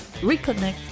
reconnect